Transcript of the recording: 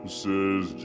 says